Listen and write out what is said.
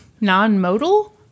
non-modal